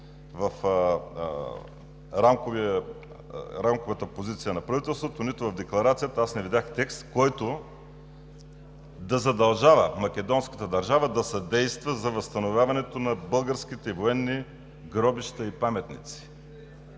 в Рамковата позиция на правителството, нито в декларацията видях текст, който да задължава македонската държава да съдейства за възстановяването на българските военни гробища и паметници.